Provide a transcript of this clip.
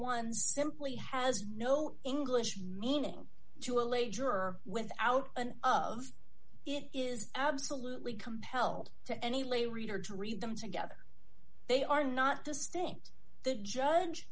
one simply has no english meaning to allay juror without an of it is absolutely compelled to any lay reader to read them together they are not distinct the judge